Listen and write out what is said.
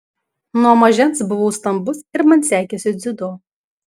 nuo mažens buvau stambus ir man sekėsi dziudo